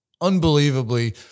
unbelievably